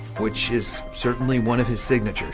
which is certainly one of his signatures